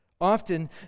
Often